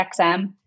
XM